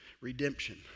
Redemption